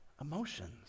emotions